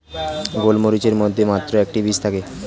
গোলমরিচের মধ্যে মাত্র একটি বীজ থাকে